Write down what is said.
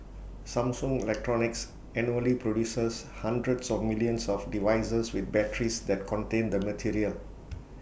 Samsung electronics annually produces hundreds of millions of devices with batteries that contain the material